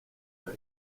lyfe